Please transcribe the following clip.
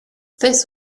this